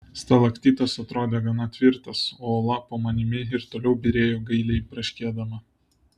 stalaktitas atrodė gana tvirtas o uola po manimi ir toliau byrėjo gailiai braškėdama